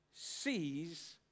sees